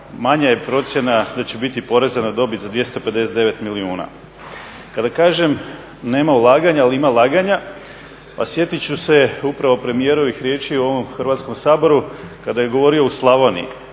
manja je procjena da će biti poreza na dobit za 259 milijuna. Kada kažem nema ulaganja ali ima laganja pa sjetit ću se upravo premijerovih riječi u ovom Hrvatskom saboru kada je govorio u Slavoniji.